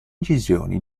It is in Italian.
incisioni